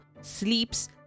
sleeps